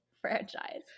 franchise